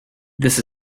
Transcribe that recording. this